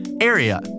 area